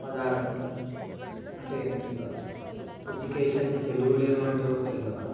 పదార్థం అంటే ఏమి తెలియదు ఎడ్యుకేషన్ తెలుగులో ఏమి అంటారో తెలియదు